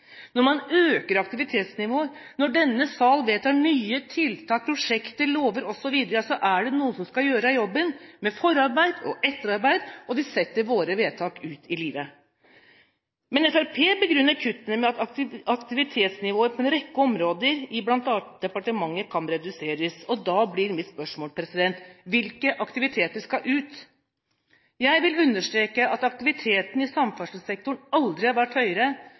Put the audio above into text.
Når man øker aktivitetsnivået, når denne salen vedtar nye tiltak, prosjekter, lover osv., er det noen som skal gjøre jobben, med forarbeid og etterarbeid, og de setter våre vedtak ut i live. Men Fremskrittspartiet begrunner kuttene med at aktivitetsnivået på en rekke områder, i bl.a. departementet, kan reduseres. Da blir mitt spørsmål: Hvilke aktiviteter skal ut? Jeg vil understreke at aktiviteten i samferdselssektoren aldri har vært høyere,